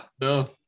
No